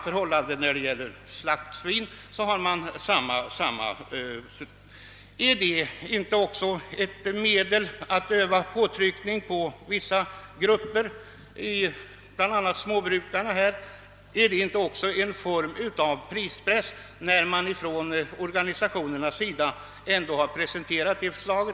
För slaktsvin tillämpas en liknande metod. Jag vill fråga om inte också det är ett medel att öva påtryckning på vissa grupper, bl.a. småbrukarna? Är inte det också en form av prispress när man presenterar ett sådant förslag?